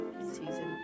season